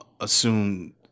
assume